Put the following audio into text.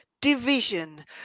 division